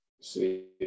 See